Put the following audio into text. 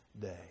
day